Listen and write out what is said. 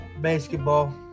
Basketball